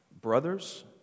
brothers